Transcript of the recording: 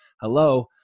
hello